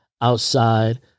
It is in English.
outside